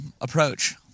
approach